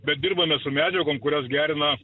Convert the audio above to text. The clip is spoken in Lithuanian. bet dirbame su medžiagom kurios gerina